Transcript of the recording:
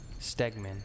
Stegman